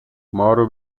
مارو